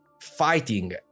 fighting